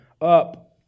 up